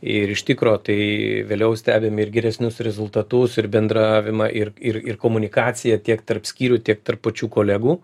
ir iš tikro tai vėliau stebim ir geresnius rezultatus ir bendravimą ir ir ir komunikaciją tiek tarp skyrių tiek tarp pačių kolegų